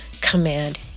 command